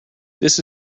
this